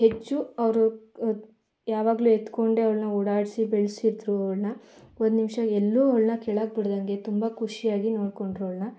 ಹೆಚ್ಚು ಅವರು ಯಾವಾಗ್ಲೂ ಎತ್ಕೊಂಡೇ ಅವ್ಳನ್ನ ಓಡಾಡಿಸಿ ಬೆಳೆಸಿದ್ರು ಅವ್ಳನ್ನ ಒಂದು ನಿಮ್ಷ ಎಲ್ಲಿಯೂ ಅವ್ಳನ್ನ ಕೆಳಗೆ ಬಿಡ್ದಂತೆ ತುಂಬ ಖುಷಿಯಾಗಿ ನೋಡಿಕೊಂಡ್ರು ಅವ್ಳನ್ನ